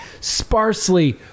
sparsely